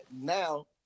now